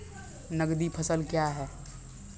नगदी फसल क्या हैं?